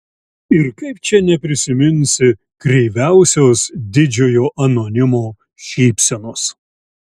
ir kaip čia neprisiminsi kreiviausios didžiojo anonimo šypsenos